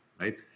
right